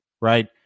right